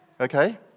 Okay